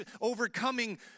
overcoming